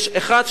יש אחד,